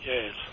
Yes